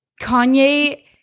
Kanye